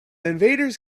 invaders